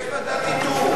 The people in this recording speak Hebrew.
אז יש ועדת איתור.